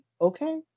Okay